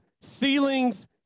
ceilings